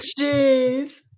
jeez